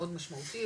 מאוד משמעותי,